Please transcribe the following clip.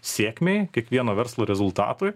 sėkmei kiekvieno verslo rezultatui